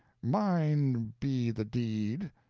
mine be the deed,